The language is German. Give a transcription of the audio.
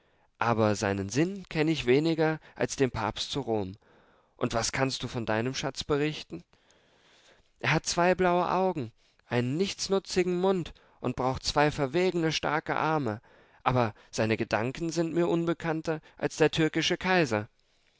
aber seinen sinn kenn ich weniger als den papst zu rom und was kannst du von deinem schatz berichten er hat zwei blaue augen einen nichtsnutzigen mund und braucht zwei verwegene starke arme aber seine gedanken sind mir unbekannter als der türkische kaiser